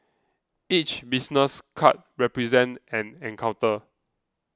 each business card represents an encounter